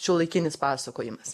šiuolaikinis pasakojimas